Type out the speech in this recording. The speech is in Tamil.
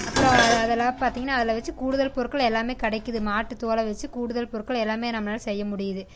அப்புறம் அது அதெல்லாம் பார்த்திங்கனா அதில் வச்சி கூடுதல் பொருட்கள் எல்லாம் கிடைக்குது மாட்டு தோலை வச்சி கூடுதல் பொருட்கள் எல்லாம் நம்மளால் செய்ய முடியுது